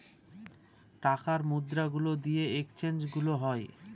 টাকার মুদ্রা গুলা দিয়ে এক্সচেঞ্জ গুলো হয়